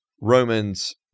Romans